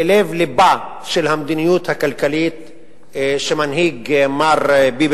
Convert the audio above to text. ללב לבה של המדיניות הכלכלית שמנהיג מר ביבי